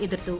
എതിർത്തു